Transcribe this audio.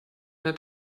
eine